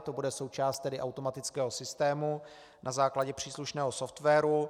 To bude součást automatického systému na základě příslušného softwaru.